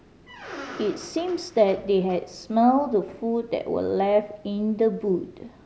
it seems that they had smelt the food that were left in the